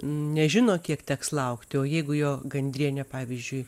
nežino kiek teks laukti o jeigu jo gandrienė pavyzdžiui